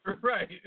Right